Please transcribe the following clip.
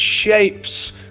shapes